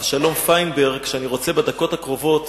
אבשלום פיינברג, שאת הדקות הקרובות